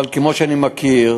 אבל כמו שאני מכיר,